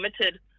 limited